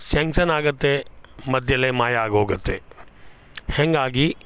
sanction ಆಗುತ್ತೆ ಮಧ್ಯಲ್ಲೇ ಮಾಯಾಗೋಗತ್ತೆ ಹಂಗಾಗಿ